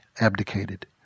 abdicated